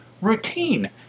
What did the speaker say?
routine